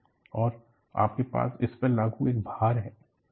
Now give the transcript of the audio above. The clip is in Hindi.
और आपके पास इस पर लागू एक भार है